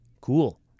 cool